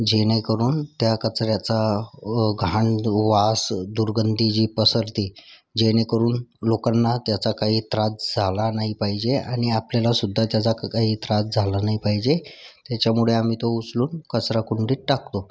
जेणेकरून त्या कचऱ्याचा घाण वास दुर्गंधी जी पसरती जेणेकरून लोकांना त्याचा काही त्रास झाला नाही पाहिजे आणि आपल्यालासुद्धा त्याचा क काही त्रास झाला नाही पाहिजे तेच्यामुळे आम्ही तो उचलून कचराकुंडीत टाकतो